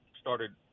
started